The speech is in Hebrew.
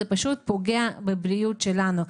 זה פוגע בבריאות שלנו.